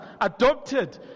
Adopted